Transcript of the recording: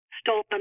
stolen